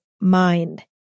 mind